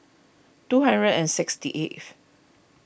two hundred and sixty eighth